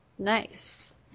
Nice